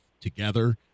together